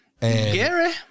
Gary